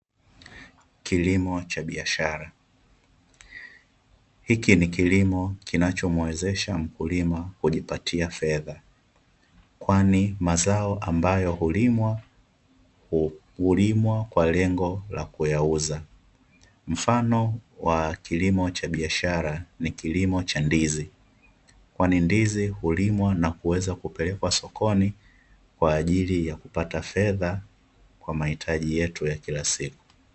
Kilimo cha biashara, hiki ni kilimo kinacho muwezesha mkulima kujipatia fedha kwani mazao ambayo hulimwa, hulimwa kwa lengo ya kuyauza. Mfano wa kilimo cha biashara ni kilimo cha ndizi, kwani ndizi hulimwa na kuweza kupelekwa sokoni kwa ajili ya kupata fedha kwa mahitaji yetu ya kila siku.